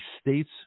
state's